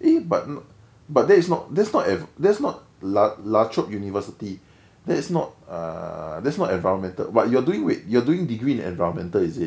eh but but that's not that's not that's not la trobe university that's not ah that's not environmental but you are doing wait but you are doing degree in environmental is it